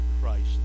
Christ